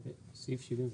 התייחסות לסעיף 64,